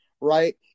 right